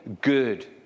good